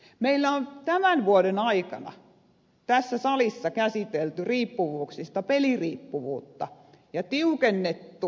meillä on tämän vuoden aikana tässä salissa käsitelty riippuvuuksista peliriippuvuutta ja tiukennettu lainsäädäntöä pelien mainontaan